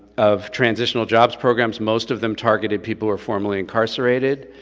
of transitional jobs programs, most of them targeted people were formerly incarcerated.